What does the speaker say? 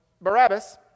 Barabbas